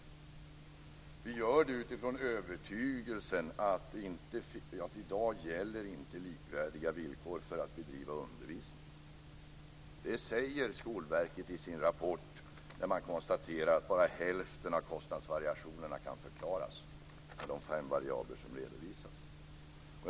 Detta gör vi utifrån övertygelsen om att det i dag inte gäller likvärdiga villkor för att bedriva undervisning. Det säger Skolverket i sin rapport där man konstaterar att bara hälften av kostnadsvariationerna kan förklaras med de fem variabler som redovisas.